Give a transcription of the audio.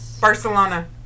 Barcelona